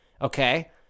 Okay